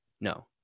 no